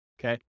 okay